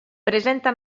presenta